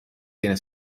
tiene